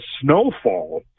snowfall